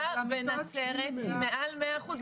התפוסה בנצרת היא מעל מאה אחוז,